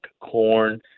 corn